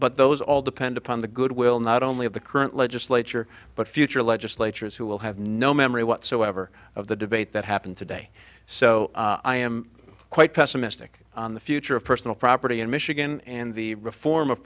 but those all depend upon the good will not only of the current legislature but future legislators who will have no memory whatsoever of the debate that happened today so i am quite pessimistic on the future of personal property in michigan and the reform of